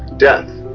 death,